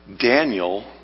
Daniel